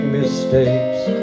mistakes